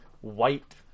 white